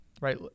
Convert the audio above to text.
right